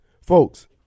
Folks